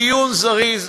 דיון זריז,